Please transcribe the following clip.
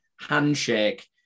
handshake